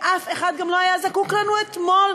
ואף אחד גם לא היה זקוק לנו אתמול,